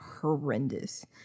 horrendous